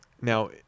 Now